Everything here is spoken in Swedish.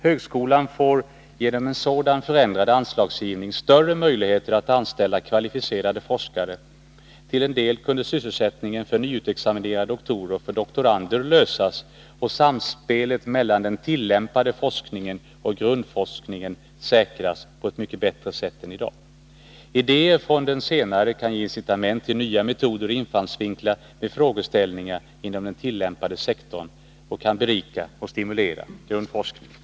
Högskolan får genom en sådan förändrad anslagsgivning större möjligheter att anställa kvalificerade forskare; till en del kunde sysselsättningen för nyutexaminerade doktorer och för doktorander lösas och samspelet mellan den tillämpade forskningen och grundforskningen säkras på ett mycket bättre sätt än i dag. Idéer från den senare kan ge incitament till nya metoder och infallsvinklar, medan frågeställningar inom den tillämpade sektorn kan berika och stimulera grundforskningen.